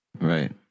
Right